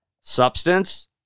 substance